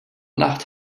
nacht